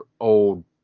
old